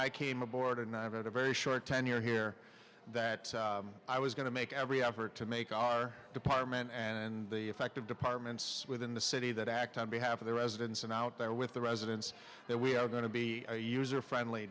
i came aboard and i had a very short tenure here that i was going to make every effort to make a department and the effective departments within the city that act on behalf of the residents and out there with the residents that we are going to be a user friendly